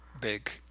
big